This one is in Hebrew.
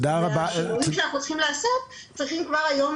והשינויים שאנחנו צריכים לעשות צריכים כבר היום